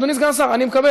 אדוני סגן השר, אני מקבל.